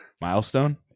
milestone